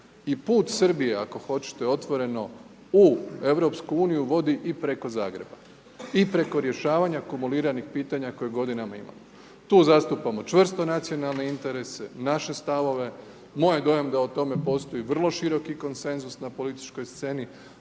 I put Srbije ako hoćete otvoreno u EU vodi i preko Zagreba i preko rješavanja kumuliranih pitanja koje godinama imamo. Tu zastupamo čvrsto nacionalne interese, naše stavove. Moj je dojam da o tome postoji vrlo široki konsenzus na političkoj sceni